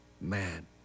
man